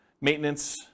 maintenance